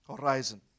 horizon